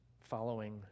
following